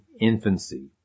infancy